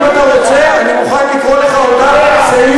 אם אתה רוצה אני יכול לקרוא לך אותה סעיף-סעיף.